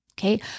Okay